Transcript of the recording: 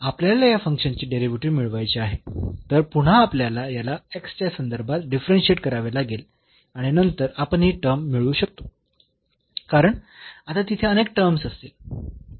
तर पुन्हा आपल्याला या फंक्शनचे डेरिव्हेटिव्ह मिळवायचे आहे तर पुन्हा आपल्याला याला x च्या संदर्भात डिफरन्शियेट करावे लागेल आणि नंतर आपण ही टर्म मिळवू शकतो कारण आता तिथे अनेक टर्म्स असतील